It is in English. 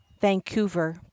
Vancouver